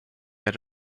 that